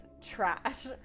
trash